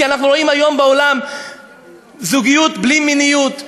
כי אנחנו רואים היום בעולם זוגיות בלי מיניות,